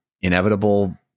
inevitable